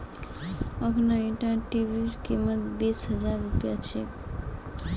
अखना ईटा टीवीर कीमत बीस हजार रुपया छेक